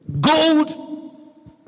Gold